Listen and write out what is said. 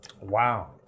Wow